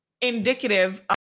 indicative